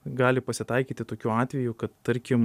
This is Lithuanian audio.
gali pasitaikyti tokių atvejų kad tarkim